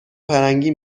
فرنگی